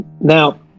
Now